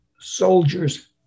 soldiers